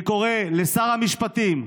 אני קורא לשר המשפטים,